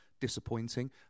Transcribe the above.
disappointing